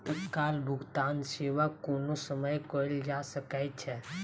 तत्काल भुगतान सेवा कोनो समय कयल जा सकै छै